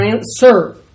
Sir